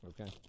Okay